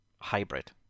hybrid